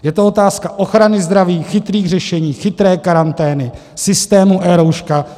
Je to otázka ochrany zdraví, chytrých řešení, chytré karantény, systému eRouška.